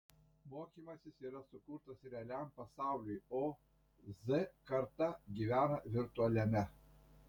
mokymasis yra sukurtas realiam pasauliui o z karta gyvena virtualiame